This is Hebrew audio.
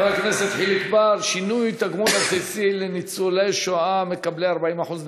חבר הכנסת חיליק בר: שינוי התגמול הבסיסי לניצולי שואה בעלי 40% נכות.